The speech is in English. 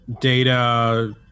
data